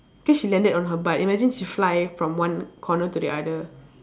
cause she landed on her butt imagine she fly from one corner to the other